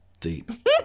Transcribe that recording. Deep